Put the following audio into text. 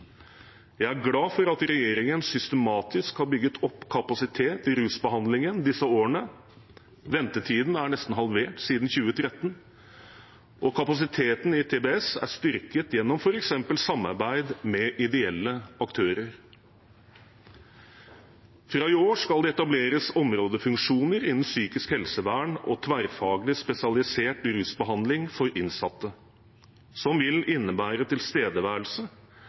Jeg er glad for at regjeringen systematisk har bygget opp kapasitet i rusbehandlingen disse årene. Ventetiden er nesten halvert siden 2013, og kapasiteten i TSB, tverrfaglig spesialisert rusbehandling, er styrket, f.eks. gjennom samarbeid med ideelle aktører. Fra i år skal det etableres områdefunksjoner innen psykisk helsevern og tverrfaglig spesialisert rusbehandling for innsatte, som vil innebære tilstedeværelse